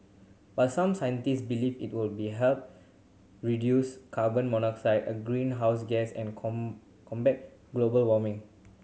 but some scientist believe it will help reduce carbon a greenhouse gas and combat global warming